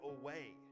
away